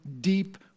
deep